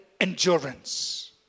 endurance